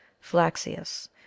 Flaxius